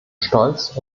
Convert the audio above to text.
stolz